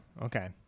okay